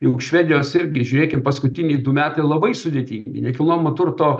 juk švedijos irgi žiūrėkim paskutiniai du metai labai sudėtingi nekilnojamo turto